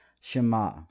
Shema